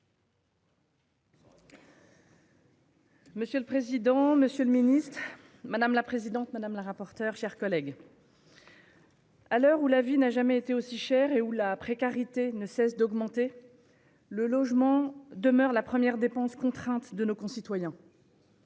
Monsieur le président, monsieur le ministre, mes chers collègues, à l'heure où la vie n'a jamais été aussi chère et où la précarité ne cesse d'augmenter, le logement demeure la première dépense contrainte de nos concitoyens,